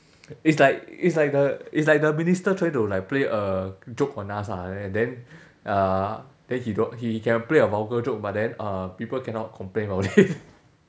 it's like it's like the it's like the minister trying to like play a joke on us ah and then uh then he don't he can play a vulgar joke but then uh people cannot complain about it